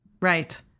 Right